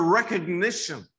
recognition